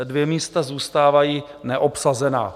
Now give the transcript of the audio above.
Dvě místa zůstávají neobsazená.